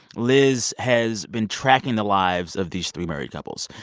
liz has been tracking the lives of these three married couples.